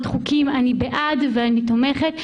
חוקים אני בעד ואני תומכת,